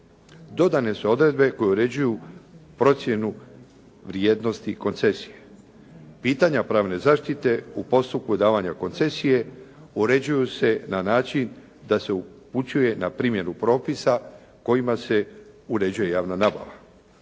Dodane su odredbe koje uređuju procjenu vrijednosti koncesije. Pitanja pravne zaštite u postupku davanja koncesije uređuju se na način da se upućuje na primjenu propisa kojima se uređuje javna nabava.